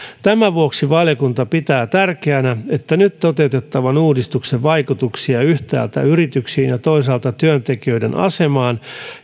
tämän vuoksi valiokunta pitää tärkeänä että nyt toteutettavan uudistuksen vaikutuksia yhtäältä yrityksiin ja toisaalta työntekijöiden asemaan